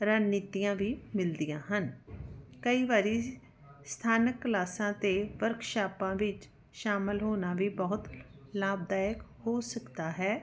ਰਣਨੀਤੀਆਂ ਵੀ ਮਿਲਦੀਆਂ ਹਨ ਕਈ ਵਾਰੀ ਸਥਾਨਕ ਕਲਾਸਾਂ ਅਤੇ ਵਰਕਸ਼ਾਪਾਂ ਵਿੱਚ ਸ਼ਾਮਿਲ ਹੋਣਾ ਵੀ ਬਹੁਤ ਲਾਭਦਾਇਕ ਹੋ ਸਕਦਾ ਹੈ